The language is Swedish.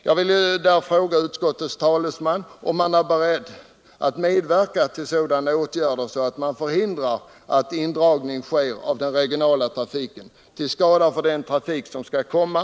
Jag vill fråga utskottets talesman om man är beredd att medverka till åtgärder som förhindrar att indragning av regionala linjer sker, till skada för den trafik som skall komma.